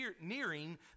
nearing